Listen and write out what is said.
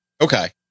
Okay